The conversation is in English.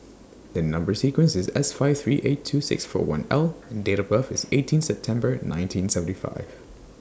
and Number sequence IS S five three eight two six four one L and Date of birth IS eighteen September nineteen seventy five